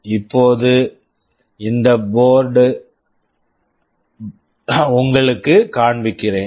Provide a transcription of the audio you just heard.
இப்போது இந்த board board ஐ உங்களுக்குக் காண்பிக்கிறேன்